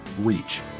reach